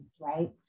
right